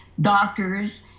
doctors